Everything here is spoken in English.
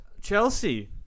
Chelsea